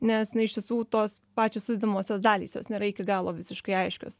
nes na iš tiesų tos pačios sudedamosios dalys jos nėra iki galo visiškai aiškios